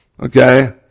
Okay